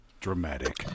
Dramatic